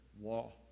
wall